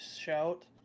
shout